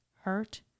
hurt